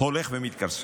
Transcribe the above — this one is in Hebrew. הולך ומתכרסם.